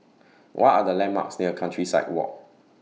What Are The landmarks near Countryside Walk